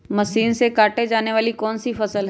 Machine से काटे जाने वाली कौन सी फसल है?